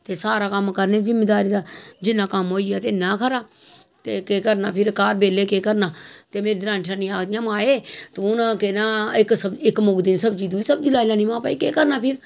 ते सारा कम्म करने जिमींदारी दा जिन्ना कम्म होइया ते इन्ना गै खरा ते केह् करना फिर घर बेल्लै केह् करना ते दरानियां जठानियां आखदियां माए तूं ना केह् नां इक सब्जी मुकदी सब्जी दुई सब्जी लाई लैन्ने महां केह् करना फिर